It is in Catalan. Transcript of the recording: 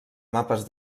mapes